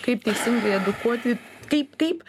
kaip teisingai edukuoti kaip kaip